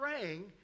praying